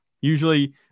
Usually